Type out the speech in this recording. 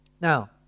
Now